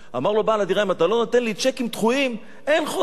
אמר לו בעל הדירה: אם אתה לא נותן לי צ'קים דחויים אין חוזה,